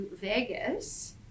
Vegas